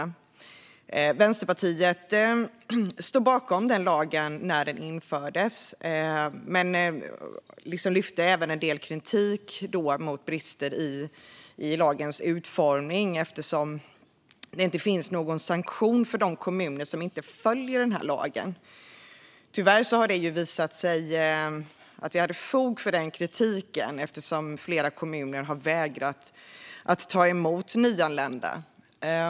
Vi i Vänsterpartiet stod bakom lagen när den infördes men lyfte även fram en del kritik mot brister i lagens utformning, eftersom det inte finns någon sanktion för de kommuner som inte följer lagen. Tyvärr har det visat sig att vi hade fog för denna kritik, eftersom flera kommuner har vägrat att ta emot nyanlända.